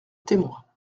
témoins